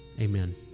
amen